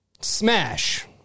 smash